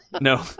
No